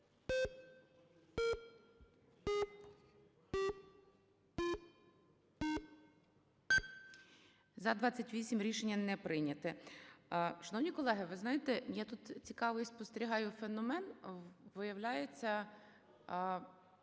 За-28 Рішення не прийнято. Шановні колеги, ви знаєте, я тут цікавий спостерігаю феномен. Виявляється,